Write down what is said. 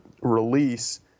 release